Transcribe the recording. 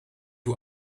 who